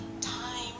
time